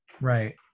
right